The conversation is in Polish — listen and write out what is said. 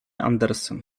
andersen